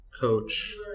coach